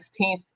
16th